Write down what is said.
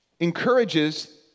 encourages